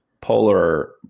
polar